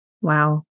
Wow